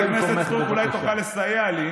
שבי במקומך,